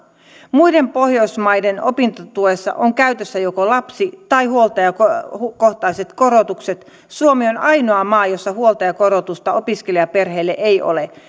muiden pohjoismaiden opintotuessa on käytössä joko lapsi tai huoltajakohtaiset korotukset suomi on ainoa maa jossa huoltajakorotusta opiskelijaperheille ei ole